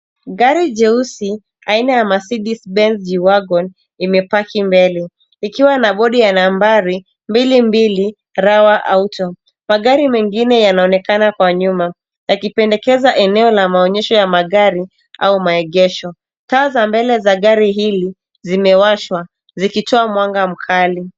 Gari jeusi aina ya Mercedes Benz G wagon imepaki mbele, ikiwa na bodi ya nambari, 22 Rawa Auto .Magari mengine yanaonekana kwa nyuma, yakipendekeza eneo la maonyesho ya magari au maegesho. Taa za mbele za gari hili, zimewashwa zikitoa mwanga mkali.